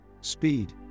speed